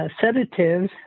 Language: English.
sedatives